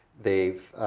they've,